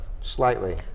slightly